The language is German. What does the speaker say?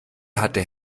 hatte